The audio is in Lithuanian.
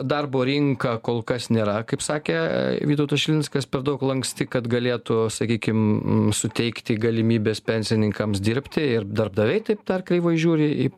darbo rinka kol kas nėra kaip sakė vytautas žilinskas per daug lanksti kad galėtų sakykim suteikti galimybes pensininkams dirbti ir darbdaviai taip kreivai žiūri į